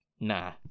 Nah